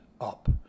Up